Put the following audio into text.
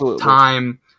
time